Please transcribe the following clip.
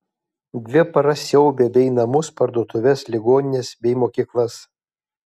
dvi paras siaubė bei namus parduotuves ligonines bei mokyklas